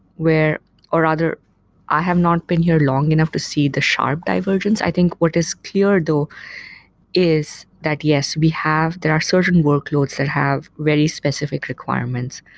or rather i have not been here long enough to see the sharp divergence. i think what is clear though is that, yes, we have there are certain workloads that have very specific requirements,